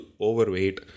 overweight